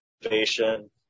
innovation